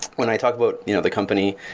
when i talk about you know the company,